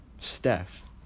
Steph